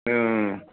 മ്